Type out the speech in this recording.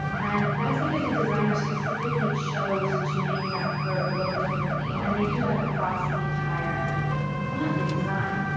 and that's because the designer specifically chose to make that curve look differently. and they do that across the entire font they design.